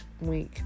week